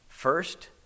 First